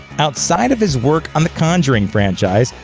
outside of his work on the conjuring franchise,